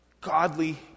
Godly